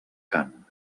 cant